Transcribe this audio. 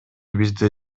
бизди